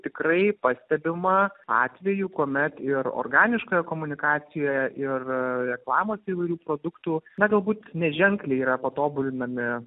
tikrai pastebima atvejų kuomet ir organiškoje komunikacijoje ir reklamos įvairių produktų na galbūt neženkliai yra patobulinami